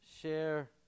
share